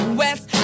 west